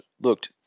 looked